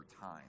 time